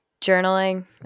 Journaling